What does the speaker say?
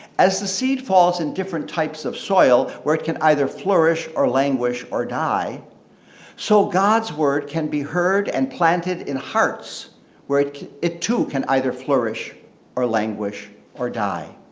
as the seed falls in different types of soil, where it can either flourish or languish or die so god's word can be heard and planted in hearts where it it too can either flourish or languish or die.